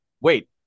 Wait